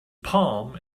palm